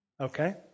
Okay